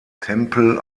tempel